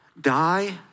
Die